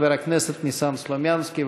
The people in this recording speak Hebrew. חבר הכנסת ניסן סלומינסקי.